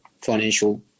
financial